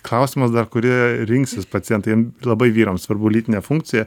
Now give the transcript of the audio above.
klausimas dar kurie rinksis pacientai labai vyrams svarbu lytinė funkcija